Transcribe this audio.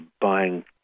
buying